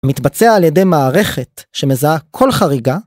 מתבצע על ידי מערכת שמזהה כל חריגה